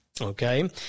Okay